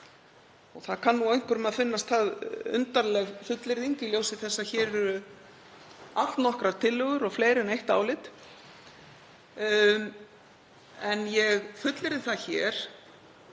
vel saman. Einhverjum kann að finnast það undarleg fullyrðing í ljósi þess að hér eru allnokkrar tillögur og fleiri en eitt álit en ég fullyrði það hér